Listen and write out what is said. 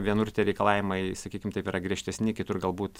vienur tie reikalavimai sakykim taip yra griežtesni kitur galbūt